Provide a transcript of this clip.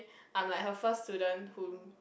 I'm like her first student who